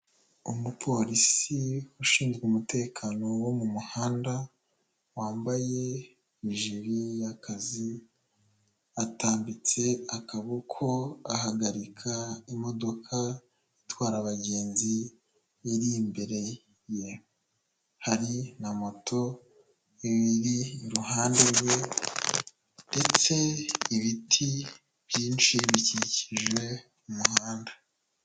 Umupolisi ushinzwe umutekano wo mu muhanda wambaye ijire ri y'akazi, atambitse akaboko ahagarika imodoka itwara abagenzi iri imbere ye, hari na moto iri iruhande rwe ndetse ibiti byinshi bikikije umuhanda.